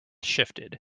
shifted